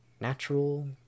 natural